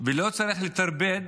ולא צריך לטרפד